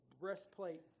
breastplate